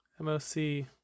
MOC